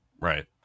Right